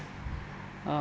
uh